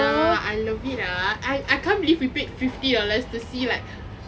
ya I love it ah I can't believe we paid fifty dollars to see like